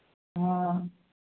हाँ